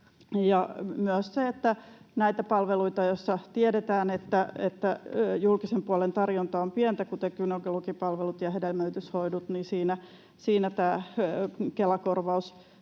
myös näissä palveluissa, joista tiedetään, että julkisen puolen tarjonta on pientä, kuten gynekologipalveluissa ja hedelmöityshoidoissa, tämä Kela-korvaus